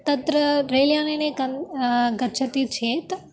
तत्र रेल्यानेन कन् गच्छति चेत्